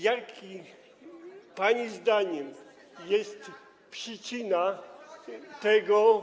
Jaka, pani zdaniem, jest przyczyna tego.